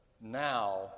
now